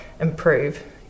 improve